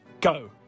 Go